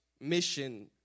mission